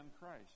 Christ